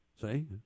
See